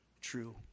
true